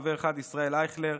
חבר אחד: ישראל אייכלר,